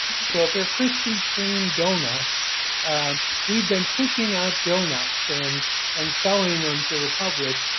so, for krispy kreme doughnuts we've been pushing out donuts and and selling them to the public.